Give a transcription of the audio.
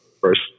first